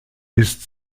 ist